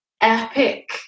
epic